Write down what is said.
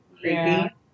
creepy